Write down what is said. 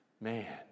Man